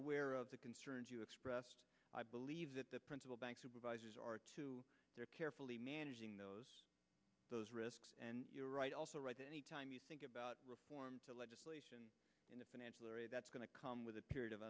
aware of the concerns you expressed i believe that the principal bank supervisors are too carefully managing those those risks and you're right also right any time you think about reform legislation in the financial area that's going to come with a period of